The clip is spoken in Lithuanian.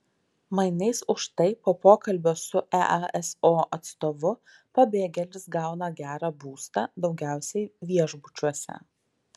mainais už tai po pokalbio su easo atstovu pabėgėlis gauna gerą būstą daugiausiai viešbučiuose